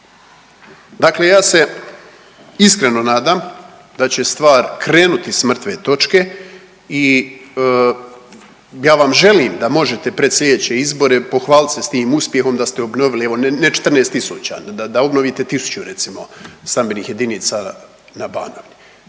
Dakle, ja se iskreno nadam da će stvar krenuti s mrtve točke i ja vam želim da možete pred sljedeće izbore pohvalit se s tim uspjehom da ste obnovili evo ne 14.000 da obnovite tisuću recimo stambenih jedinica na Banovini.